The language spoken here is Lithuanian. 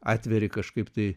atveri kažkaip tai